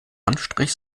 anstrich